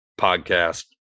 podcast